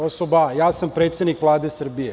Osoba A – ja sam predsednik Vlade Srbije.